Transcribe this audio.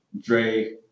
dre